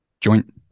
joint